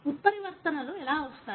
ఉత్పరివర్తనలు ఎలా వస్తాయి